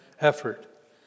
effort